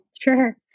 sure